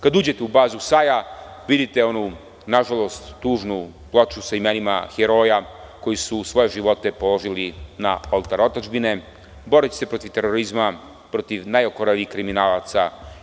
Kad uđete u bazu SAJ-a, vidite onu, nažalost tužnu ploču sa imenima heroja, koji su svoje živote položili na oltar otadžbine boreći se protiv terorizma, protiv najokorelijih kriminalaca.